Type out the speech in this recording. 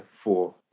four